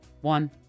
one